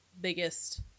biggest